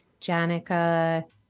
Janica